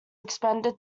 expanded